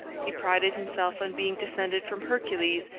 he prided himself on being descended from hercules,